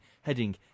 heading